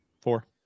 Four